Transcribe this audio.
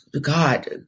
God